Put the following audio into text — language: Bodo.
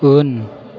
उन